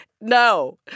No